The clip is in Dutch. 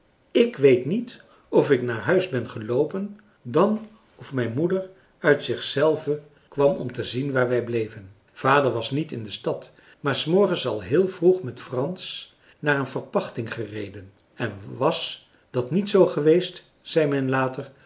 ik weet niet of ik naar huis ben geloopen dan of mijn moeder uit zich zelve kwam om te zien waar wij bleven vader was niet in de stad maar s morgens al heel vroeg met frans naar een verpachting gereden en was dat niet zoo geweest zei men later